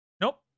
Nope